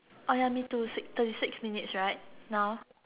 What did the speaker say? oh ya me too six thirty six minutes right now